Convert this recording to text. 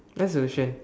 that's the question